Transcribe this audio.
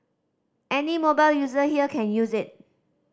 any mobile user here can use it